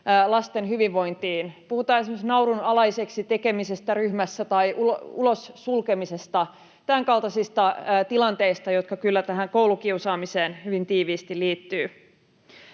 lasten hyvinvointiin. Puhutaan esimerkiksi naurunalaiseksi tekemisestä ryhmässä tai ulossulkemisesta, tämänkaltaisista tilanteista, jotka kyllä tähän koulukiusaamiseen hyvin tiiviisti liittyvät.